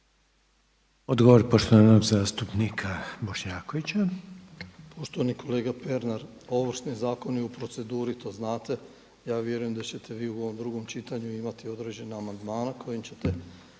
Odgovor uvaženog zastupnika Bošnjakovića. **Bošnjaković, Dražen (HDZ)** Poštovani kolega Pernar, Ovršni zakon je u proceduri to znate. Ja vjerujem da ćete vi u ovom drugom čitanju imati određene amandmane kojim ćete